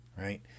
right